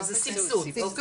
זה סבסוד, כן.